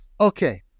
okay